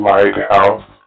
Lighthouse